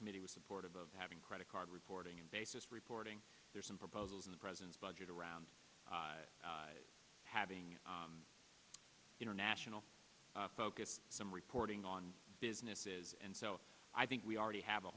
committee was supportive of having credit card reporting and basis reporting there's some proposals in the president's budget around having international focus some reporting on businesses and so i think we already have a